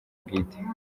bwite